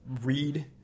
read